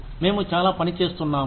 మేము చాలా పని చేస్తున్నాము